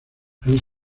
han